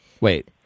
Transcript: Wait